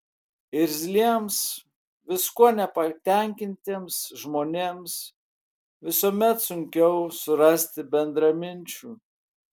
irzliems viskuo nepatenkintiems žmonėms visuomet sunkiau surasti bendraminčių